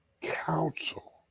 Council